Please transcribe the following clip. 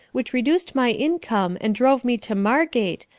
which reduced my income and drove me to margate,